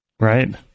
Right